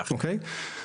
אוקיי?